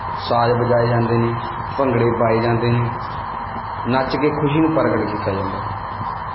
ਸਾਜ ਵਜਾਏ ਜਾਂਦੇ ਨੇ ਭੰਗੜੇ ਪਾਏ ਜਾਂਦੇ ਨੇ ਨੱਚ ਕੇ ਖੁਸ਼ੀ ਨੂੰ ਪ੍ਰਗਟ ਕੀਤਾ ਜਾਂਦਾ ਹੈ